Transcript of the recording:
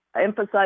emphasize